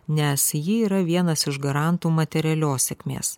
nes ji yra vienas iš garantų materialios sėkmės